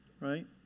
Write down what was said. right